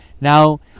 now